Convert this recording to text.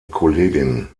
kollegin